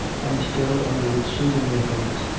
and, still under its soothing influence,